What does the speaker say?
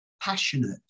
passionate